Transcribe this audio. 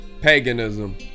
paganism